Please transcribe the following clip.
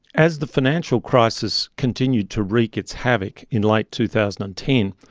as the financial crisis continued to wreak its havoc in late two thousand and ten,